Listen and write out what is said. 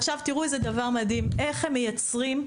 עכשיו תראו איזה דבר מדהים איך הם מייצרים,